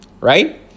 right